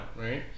right